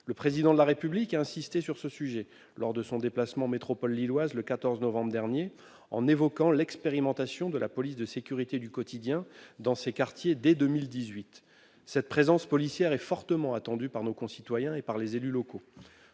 Le Président de la République a insisté sur ce sujet lors de son déplacement dans la métropole lilloise le 14 novembre dernier, en évoquant le lancement d'une expérimentation de la police de sécurité du quotidien dans ces quartiers dès 2018. Cette présence policière est fortement attendue par nos concitoyens et par les élus locaux.